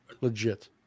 Legit